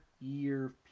year